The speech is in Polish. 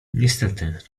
niestety